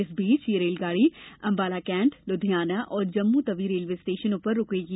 इस बीच यह रेलगाड़ी अम्बाला केंट लुधियाना और जम्मूतबी रेलवे स्टेशनों पर रूकेगी